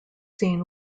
scene